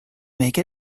make